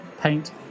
paint